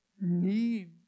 need